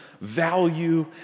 value